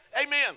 Amen